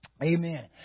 Amen